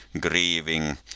grieving